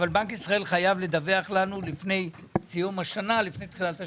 אבל בנק ישראל חייב לדווח לנו לפני תחילת השנה.